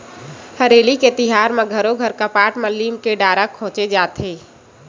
हरेली के तिहार म घरो घर कपाट म लीम के डारा खोचे जाथे